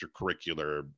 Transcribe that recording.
extracurricular